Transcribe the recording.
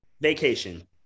Vacation